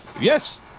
Yes